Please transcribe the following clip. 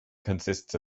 consists